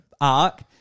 arc